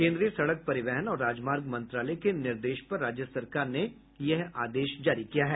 केन्द्रीय सड़क परिवहन और राजमार्ग मंत्रालय के निर्देश पर राज्य सरकार ने यह आदेश जारी किया है